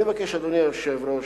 אני מבקש, אדוני היושב-ראש,